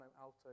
alto